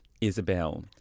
Isabel